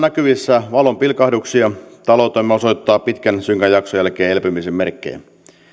näkyvissä valonpilkahduksia taloutemme osoittaa pitkän synkän jakson jälkeen elpymisen merkkejä